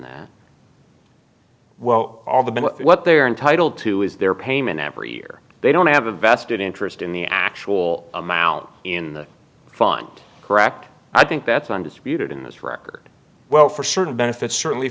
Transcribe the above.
that well all the what they are entitled to is their payment every year they don't have a vested interest in the actual amount in the fund correct i think that's undisputed in this record well for certain benefits certainly